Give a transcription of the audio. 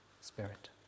Spirit